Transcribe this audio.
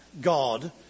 God